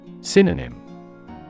Synonym